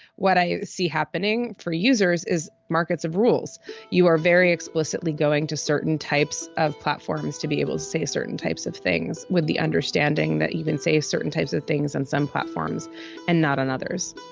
what i see happening for users is markets have rules you are very explicitly going to certain types of platforms to be able to say certain types of things with the understanding that even say certain types of things and some platforms and not on others